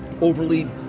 overly